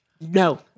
No